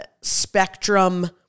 spectrum